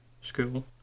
school